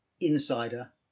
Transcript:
insider